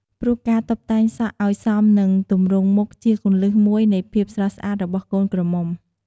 ព្រោះការតុបតែងសក់ឲ្យសមនឹងទំរង់មុខជាគន្លឹះមួយនៃភាពស្រស់ស្អាតរបស់កូនក្រមុំ។